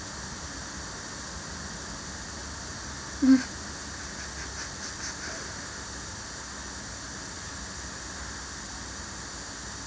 mm